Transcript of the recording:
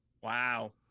Wow